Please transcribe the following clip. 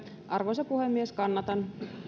arvoisa puhemies kannatan